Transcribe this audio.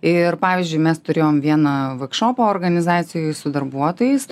ir pavyzdžiui mes turėjom vieną vorkšopą organizacijoj su darbuotojais